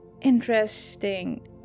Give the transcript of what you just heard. Interesting